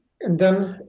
and then